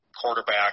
quarterback –